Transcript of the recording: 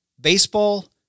Baseball